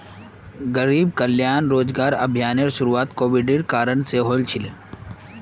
गरीब कल्याण रोजगार अभियानेर शुरुआत कोविडेर कारण से हल छिले